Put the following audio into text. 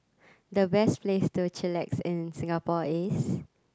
the best place to chillax in Singapore is